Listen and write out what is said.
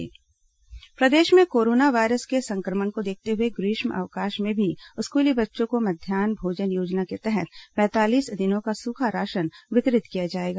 corona मध्यान्ह भोजन प्रदेश में कोरोना वायरस के संक्रमण को देखते हुए ग्रीष्म अवकाश में भी स्कूली बच्चों को मध्यान्ह भोजन योजना के तहत पैंतालीस दिनों का सूखा राशन वितरित किया जाएगा